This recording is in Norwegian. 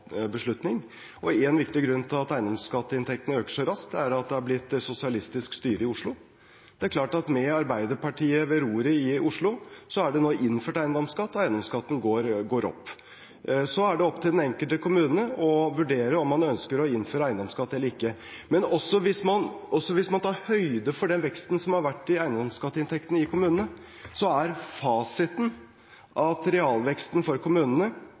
beslutning, og en viktig grunn til at eiendomsskatteinntektene øker så raskt, er at det har blitt sosialistisk styre i Oslo. Med Arbeiderpartiet ved roret i Oslo er det nå innført eiendomsskatt, og eiendomsskatten går opp. Så er det opp til den enkelte kommune å vurdere om man ønsker å innføre eiendomsskatt eller ikke. Men også hvis man tar høyde for den veksten som har vært i eiendomsskatteinntektene i kommunene, er fasiten at realveksten for kommunene